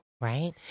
right